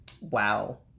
Wow